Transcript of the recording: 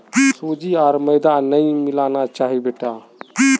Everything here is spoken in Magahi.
सूजी आर मैदा नई मिलाना चाहिए बेटा